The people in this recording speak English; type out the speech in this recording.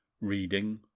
Reading